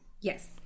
Yes